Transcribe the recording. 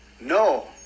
No